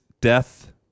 death